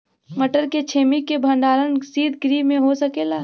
मटर के छेमी के भंडारन सितगृह में हो सकेला?